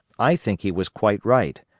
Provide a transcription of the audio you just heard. i think he was quite right,